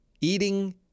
eating